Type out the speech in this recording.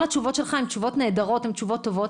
התשובות שלך הן תשובות נהדרות וטובות,